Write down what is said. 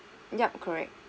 yup correct